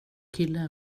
kille